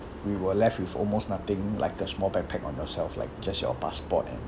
we were left with almost nothing like the small backpack on yourself like just your passport and